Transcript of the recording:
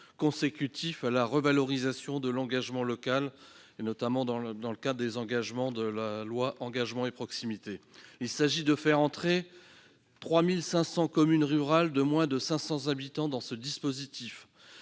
consécutive à la revalorisation de l'engagement local, notamment dans le cadre de la loi Engagement et proximité. Il s'agit de faire entrer 3 500 communes rurales de moins de 500 habitants dans ce dispositif.